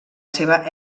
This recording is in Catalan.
seva